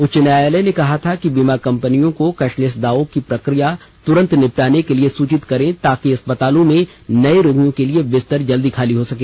उच्च न्यायालय ने कहा था कि बीमा कंपनियों को कैशलेस दावों की प्रक्रिया तुरंत निपटाने के लिए सूचित करें ताकि अस्पतालों में नये रोगियों के लिए बिस्तर जल्दी खाली हो सके